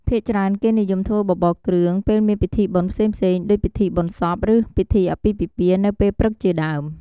ភាគច្រើនគេនិយមធ្វើបបរគ្រឿងពេលមានពិធីបុណ្យផ្សេងៗដូចពិធីបុណ្យសព ឬពិធីអាពាហ៍ពិពាហ៍នៅពេលព្រឹកជាដើម។